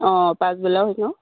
অঁ পাছবেলাও শিকাওঁ